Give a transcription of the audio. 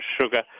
sugar